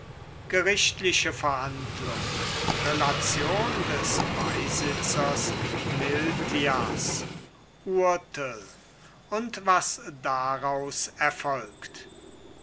gerichtliche verhandlung relation des assessor miltias urtel und was daraus erfolgt